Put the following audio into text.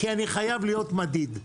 כי אני חייב להיות מדיד.